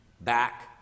back